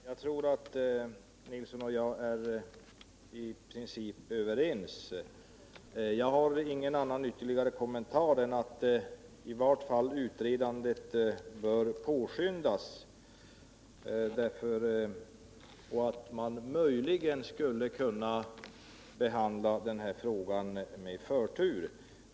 Herr talman! Jag tror att Kjell Nilsson och jag är i princip överens. Jag har ingen annan ytterligare kommentar än att utredandet bör påskyndas. Man skulle möjligen kunna behandla den här frågan med förtur.